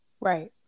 Right